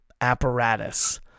apparatus